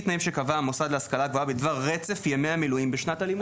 תנאים שקבע המוסד להשכלה גבוהה בדבר רצף ימי המילואים בשנת הלימודים.